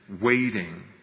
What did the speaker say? waiting